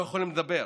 לא יכולים לדבר,